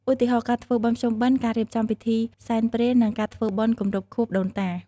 ឧទាហរណ៍ ការធ្វើបុណ្យភ្ជុំបិណ្ឌ ការរៀបចំពិធីសែនព្រេន និងការធ្វើបុណ្យគម្រប់ខួបដូនតា។